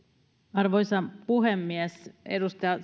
arvoisa puhemies edustaja